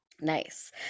Nice